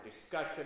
discussion